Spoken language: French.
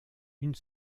une